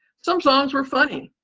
some songs were funny,